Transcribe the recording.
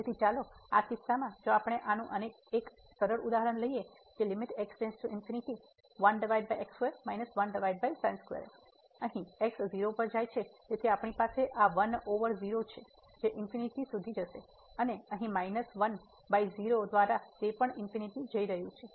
તેથી ચાલો આ કિસ્સામાં જો આપણે આનું એક સરળ ઉદાહરણ લઈએ તેથી અહીં x 0 પર જાય છે તેથી આપણી પાસે આ 1 ઓવર 0 છે જે સુધી જશે અને અહીં માઇનસ 1 બાય 0 દ્વારા તે પણ ∞ જઈ રહ્યું છે